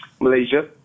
Malaysia